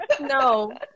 No